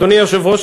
אדוני היושב-ראש,